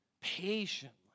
patiently